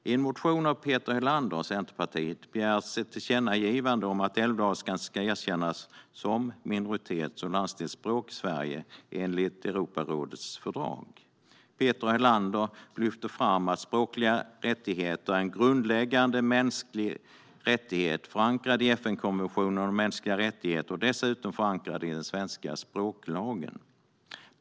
I en motion av Peter Helander från Centerpartiet begärs ett tillkännagivande om att älvdalskan ska erkännas som minoritets och landsdelsspråk i Sverige enligt Europarådets fördrag. Peter Helander lyfter fram att språkliga rättigheter är en grundläggande mänsklig rättighet förankrad i FN-konventionen om mänskliga rättigheter och dessutom förankrad i den svenska språklagen.